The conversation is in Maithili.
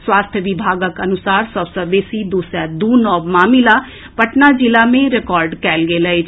स्वास्थ्य विभागक अनुसार सभ सँ बेसी दू सय दू नव मामिला पटना जिला मे रिकॉर्ड कएल गेल अछि